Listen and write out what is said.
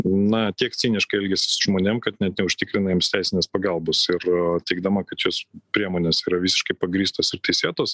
na tiek ciniškai elgiasi žmonėm kad net neužtikrina jiems teisinės pagalbos ir teigdama kad šios priemonės yra visiškai pagrįstos ir teisėtos